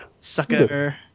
Sucker